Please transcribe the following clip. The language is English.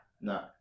No